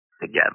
together